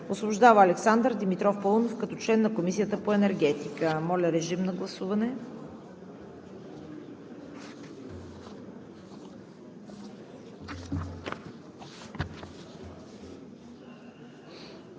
Освобождава Александър Димитров Паунов като член на Комисията по енергетика.“ Моля, режим на гласуване.